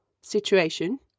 situation